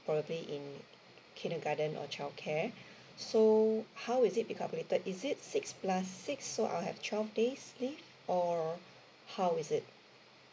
probably in kindergarten or childcare so how is it be calculated is it six plus six so I'll have twelve days leave or how is it